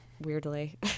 weirdly